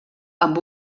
amb